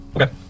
okay